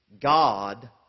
God